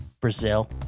Brazil